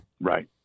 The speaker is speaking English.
Right